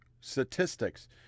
statistics